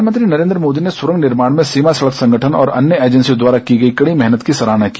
प्रधानमंत्री नरेन्द्र मोदी ने सुरंग निर्माण में सीमा सड़क संगठन और अन्य एजेंसियों द्वारा की गई कड़ी मेहनत की सराहना की